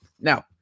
Now